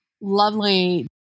lovely